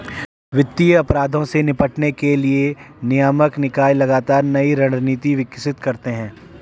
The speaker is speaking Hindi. वित्तीय अपराधों से निपटने के लिए नियामक निकाय लगातार नई रणनीति विकसित करते हैं